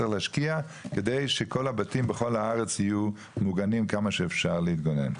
צריך להשקיע כדי שכל הבתים בכל הארץ יהיו מוגנים כמה שאפשר להתגונן.